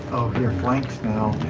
you're flanked now.